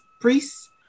priests